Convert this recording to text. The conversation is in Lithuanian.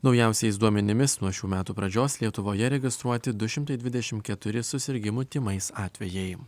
naujausiais duomenimis nuo šių metų pradžios lietuvoje registruoti du šimtai dvidešim keturi susirgimų tymais atvejai